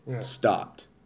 stopped